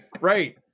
right